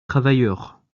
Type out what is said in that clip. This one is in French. travailleurs